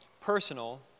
personal